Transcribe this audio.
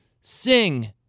Sing